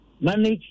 manage